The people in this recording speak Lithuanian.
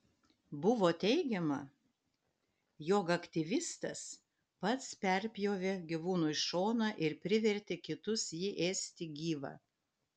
buvo teigiama jog aktyvistas pats perpjovė gyvūnui šoną ir privertė kitus jį ėsti gyvą